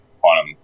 quantum